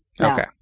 okay